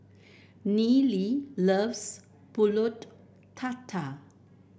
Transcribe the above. Neely loves pulut tatal